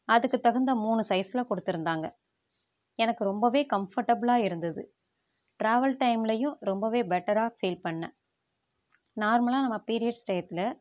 அதுக்குத் தகுந்த மூணு சைஸில் கொடுத்துருந்தாங்க எனக்கு ரொம்பவே கம்ஃபர்டபுலா இருந்தது டிராவல் டைம்லையும் ரொம்பவே பெட்டராக ஃபீல் பண்ணிணேன் நார்மலாக நம்ம பீரியட்ஸ் டயத்தில்